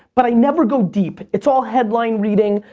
but i never go deep. it's all headline reading.